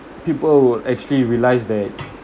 people will actually realize that